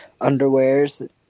underwears